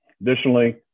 Additionally